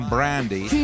Brandy